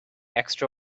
extra